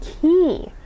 key